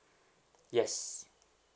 yes